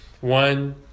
One